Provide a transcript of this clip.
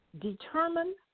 Determine